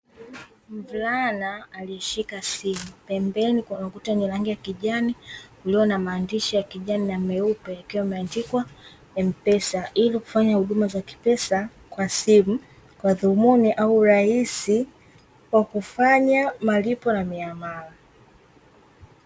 Mvulana aliyeshika simu, pembeni kuna ukuta wenye rangi ya kijani ulio na maandishi ya kijani na nyeupe, yakiwa yameandikwa "M-PESA", ili kufanya huduma za kipesa kwa simu kwa dhumuni au rahisi kwa kufanya malipo na miamala.